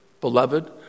Beloved